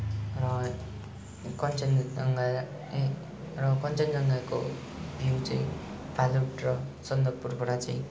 र कञ्चनजङ्घा ए र कञ्चनजङ्घाको भ्यु चै फालुट र सन्दकपुरबाट चाहिँ